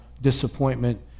disappointment